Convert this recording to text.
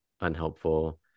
unhelpful